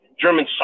german